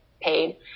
paid